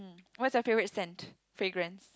what's your favourite scent fragrance